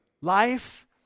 life